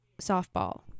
softball